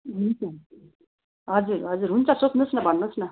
हुन्छ हजुर हजुर हुन्छ सोध्नुहोस् न भन्नुहोस् न